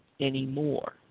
anymore